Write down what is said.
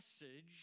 message